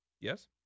Yes